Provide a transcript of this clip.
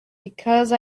because